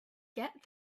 get